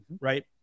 right